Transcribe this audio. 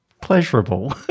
pleasurable